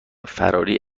فراری